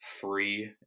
free